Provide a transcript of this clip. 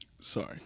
Sorry